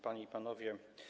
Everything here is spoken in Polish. Panie i Panowie!